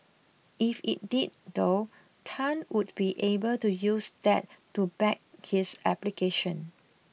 if it did though Tan would be able to use that to back his application